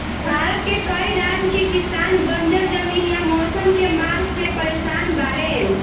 भारत के कई राज के किसान बंजर जमीन या मौसम के मार से परेसान बाड़ेन